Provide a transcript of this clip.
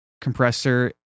compressor